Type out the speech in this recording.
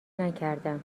نکردم